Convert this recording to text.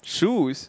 shoes